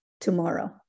tomorrow